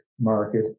market